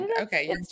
Okay